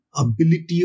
ability